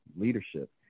leadership